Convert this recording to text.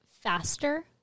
faster